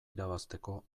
irabazteko